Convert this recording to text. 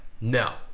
No